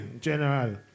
General